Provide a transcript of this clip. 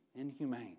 inhumane